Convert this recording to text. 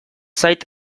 zait